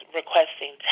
requesting